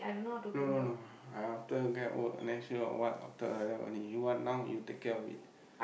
no no no I after go and work then still got what after like that only you want now you take care of it